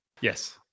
Yes